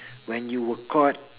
when you were caught